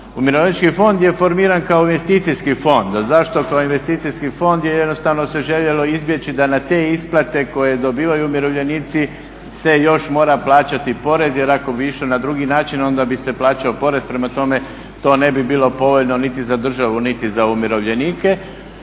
Umirovljenički fond je formiran kao investicijski fond. A zašto kao investicijski fond? Jer jednostavno se željelo izbjeći da na te isplate koje dobivaju umirovljenici se još mora plaćati porez jer ako bi išlo na drugi način onda bi se plaćao porez. Prema tome to ne bi bilo povoljno niti za državu niti za umirovljenike.